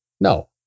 No